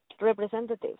representatives